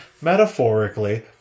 metaphorically